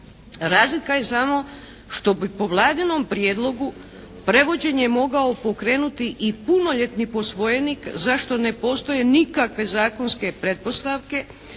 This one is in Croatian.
Razlika je samo što bi po Vladinom prijedlogu prevođenje mogao pokrenuti i punoljetni posvojenik za što ne postoje nikakve zakonske pretpostavke